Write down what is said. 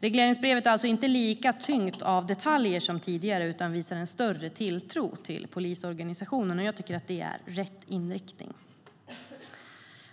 Regleringsbrevet är alltså inte lika tyngt av detaljer som tidigare utan visar en större tilltro till polisorganisationen. Jag tycker det är rätt inriktning.